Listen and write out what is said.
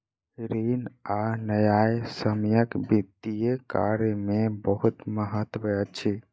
ऋण आ न्यायसम्यक वित्तीय कार्य में बहुत महत्त्व अछि